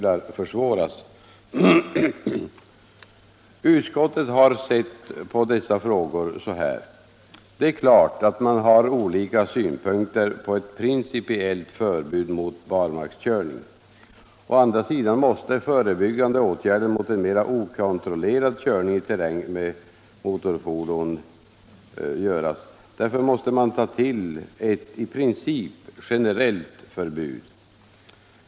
Utskottet har sett på dessa frågor så här. Det är klart att man har olika synpunkter på ett principiellt förbud mot barmarkskörning. Å andra sidan måste förebyggande åtgärder mot en mera okontrollerad körning i terräng med motorfordon vidtas. Därför måste man ta till ett i princip generellt förbud.